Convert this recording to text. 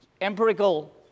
empirical